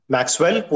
Maxwell